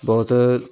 ਬਹੁਤ